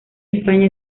españa